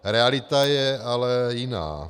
Realita je ale jiná.